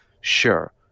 Sure